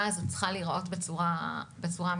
הזאת צריכה להיראות בצורה המיטבית.